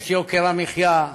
את יוקר המחיה,